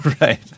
Right